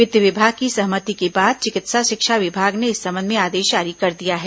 वित्त विभाग की सहमति के बाद चिकित्सा शिक्षा विभाग ने इस संबंध में आदेश जारी कर दिया है